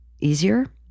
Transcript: easier